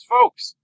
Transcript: Folks